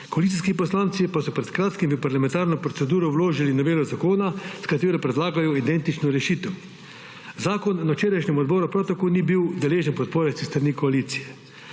Koalicijski poslanci pa so pred kratkim v parlamentarno proceduro vložili novelo zakona, s katero predlagajo identično rešitev. Zakon na včerajšnjem odboru prav tako ni bil deležen podpore s strani koalicije.